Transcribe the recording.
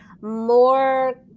more